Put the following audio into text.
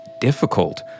difficult